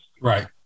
right